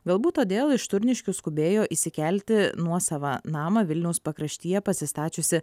galbūt todėl iš turniškių skubėjo išsikelti nuosavą namą vilniaus pakraštyje pasistačiusi